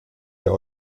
der